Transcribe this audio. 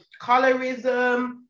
colorism